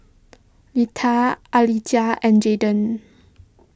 Letta Alijah and Jayden